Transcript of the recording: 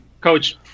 Coach